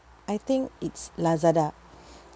I think it's lazada